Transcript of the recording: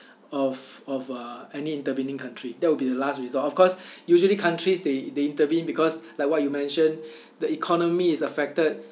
of of uh any intervening country that will be the last resort of course usually countries they they intervene because like what you mentioned the economy is affected